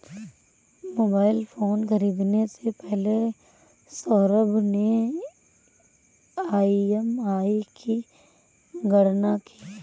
mobile phone खरीदने से पहले सौरभ ने ई.एम.आई की गणना की